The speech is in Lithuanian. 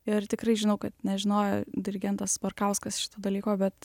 ir tikrai žinau kad nežinojo dirigentas barkauskas šito dalyko bet